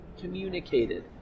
communicated